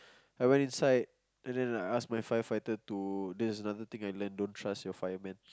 I went inside and then I ask my firefighter to there's another thing I learn don't trust your fireman